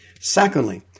Secondly